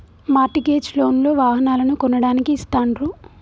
mart gauge loan లు వాహనాలను కొనడానికి ఇస్తాండ్రు